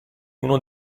uno